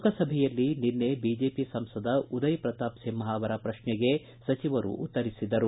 ಲೋಕಸಭೆಯಲ್ಲಿ ನಿನ್ನೆ ಬಿಜೆಪಿ ಸಂಸದ ಉದಯಪ್ರತಾಪ್ ಸಿಂಗ್ ಅವರ ಪ್ರಶ್ನೆಗೆ ಸಚಿವರು ಉತ್ತರಿಸಿದರು